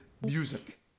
music